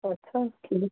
ਅੱਛਾ ਠੀਕ